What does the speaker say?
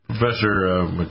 Professor